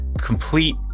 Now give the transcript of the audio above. complete